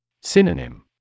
Synonym